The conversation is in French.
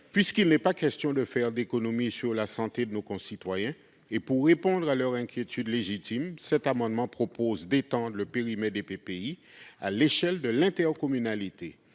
Puisqu'il n'est pas question de faire des économies sur la santé de nos concitoyens, et pour répondre à leur inquiétude légitime, cet amendement vise à étendre le périmètre des PPI à l'échelle de l'intercommunalité.